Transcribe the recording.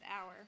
hour